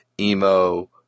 emo-